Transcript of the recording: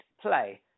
play